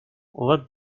what